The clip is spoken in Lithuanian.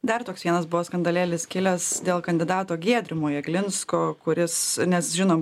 dar toks vienas buvo skandalėlis kilęs dėl kandidato giedrimo jeglinsko kuris nes žinom